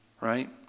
Right